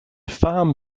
farm